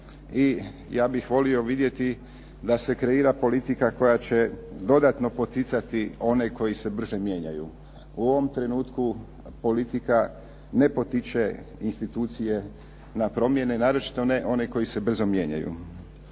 i ja bih volio vidjeti da se kreira politika koja će dodatno poticati one koji se brže mijenjaju. U ovom trenutku politiku ne potiče institucije na promjene, naročito ne one koji se brzo mijenjaju.